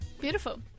Beautiful